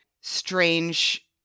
strange